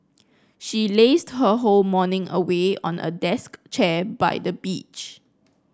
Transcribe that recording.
she lazed her whole morning away on a desk chair by the beach